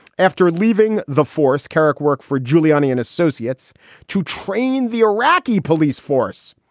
after leaving the force, kerik worked for giuliani and associates to train the iraqi police force.